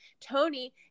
Tony